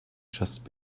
just